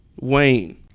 Wayne